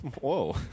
Whoa